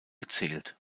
gezählt